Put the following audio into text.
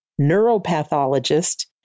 neuropathologist